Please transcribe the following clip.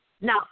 Now